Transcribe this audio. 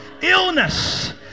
illness